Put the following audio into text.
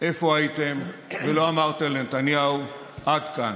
איפה הייתם ולא אמרתם לנתניהו: עד כאן.